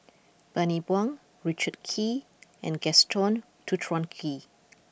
Bani Buang Richard Kee and Gaston Dutronquoy